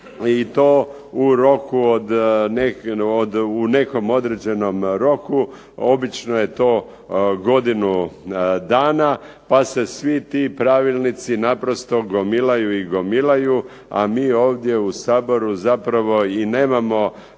od, u nekom određenom roku, obično je to godinu dana pa se svi ti pravilnici naprosto gomilaju i gomilaju, a mi ovdje u Saboru zapravo i nemamo